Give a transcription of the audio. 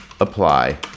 apply